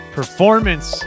performance